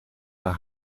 naar